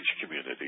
community